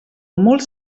molt